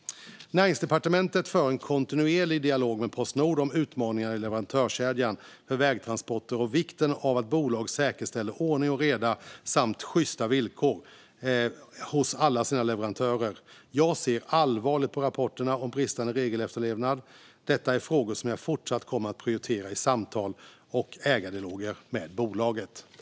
Näringsdepartementet för en kontinuerlig dialog med Postnord om utmaningarna i leverantörskedjan för vägtransporter och vikten av att bolaget säkerställer ordning och reda samt sjysta villkor hos alla sina leverantörer. Jag ser allvarligt på rapporterna om bristande regelefterlevnad. Detta är frågor som jag fortsatt kommer att prioritera i samtal och ägardialoger med bolaget.